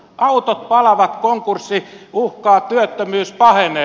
autot palavat konkurssi uhkaa työttömyys pahenee